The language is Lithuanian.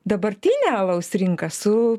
dabartinę alaus rinką su